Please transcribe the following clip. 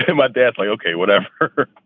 and my dad. like okay, whatever.